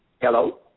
Hello